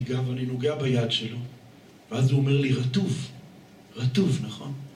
גם אני נוגע ביד שלו ואז הוא אומר לי רטוב רטוב נכון?